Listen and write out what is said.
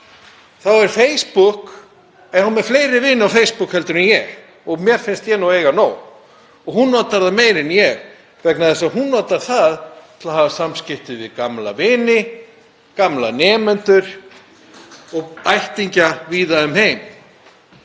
en í dag er hún með fleiri vini á Facebook en ég og mér finnst ég nú eiga nóg og hún notar það meira en ég vegna þess að hún notar það til að hafa samskipti við gamla vini, gamla nemendur og ættingja víða um heim.